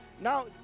now